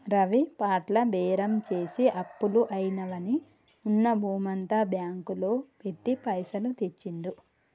రవి ప్లాట్ల బేరం చేసి అప్పులు అయినవని ఉన్న భూమంతా బ్యాంకు లో పెట్టి పైసలు తెచ్చిండు